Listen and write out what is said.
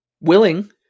willing